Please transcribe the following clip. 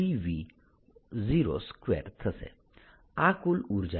આ કુલ ઉર્જા છે